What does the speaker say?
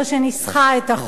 שניסחה את החוק,